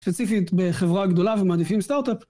ספציפית בחברה גדולה ומעדיפים סטארט-אפ.